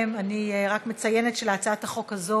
אני בא מהזווית העקרונית הערכית של העניין: